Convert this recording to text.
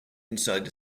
inside